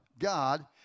God